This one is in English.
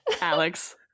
Alex